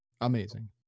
Amazing